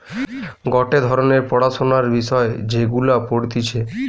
গটে ধরণের পড়াশোনার বিষয় যেগুলা পড়তিছে